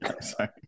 sorry